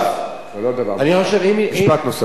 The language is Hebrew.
משפט נוסף.